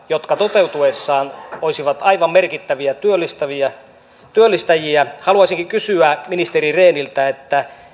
jotka toteutuessaan olisivat aivan merkittäviä työllistäjiä työllistäjiä haluaisinkin kysyä ministeri rehniltä